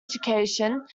education